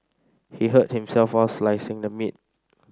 he hurt himself while slicing the meat